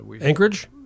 Anchorage